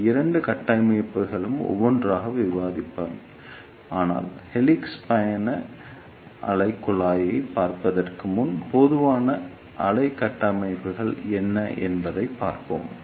இந்த இரண்டு கட்டமைப்புகளையும் ஒவ்வொன்றாக விவாதிப்பேன் ஆனால் ஹெலிக்ஸ் பயண அலைக் குழாயைப் பார்ப்பதற்கு முன் மெதுவான அலை கட்டமைப்புகள் என்ன என்பதைப் பார்ப்போம்